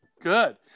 Good